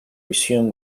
resume